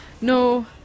no